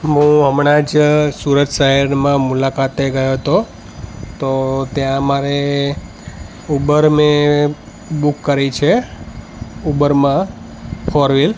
હું હમણાં જ સુરત શહેરમાં મુલાકાતે ગયો હતો તો ત્યાં મારે ઉબર મેં બૂક કરી છે ઉબરમાં ફોર વ્હીલ